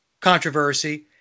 controversy